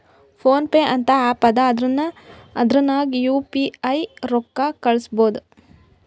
phone pay ಅಂತ app ಅದಾ ಅದುರ್ನಗ್ ಯು ಪಿ ಐ ರೊಕ್ಕಾ ಕಳುಸ್ಬೋದ್